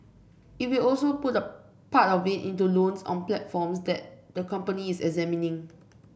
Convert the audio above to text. it will also put a part of it into loans on platforms that the company is examining